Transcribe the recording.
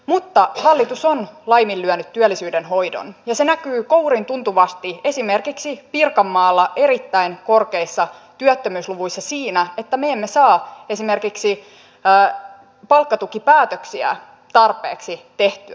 mutta hallitus on laiminlyönyt työllisyyden hoidon ja se näkyy kouriintuntuvasti esimerkiksi pirkanmaalla erittäin korkeissa työttömyysluvuissa siinä että me emme saa esimerkiksi palkkatukipäätöksiä tarpeeksi tehtyä